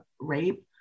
rape